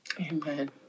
Amen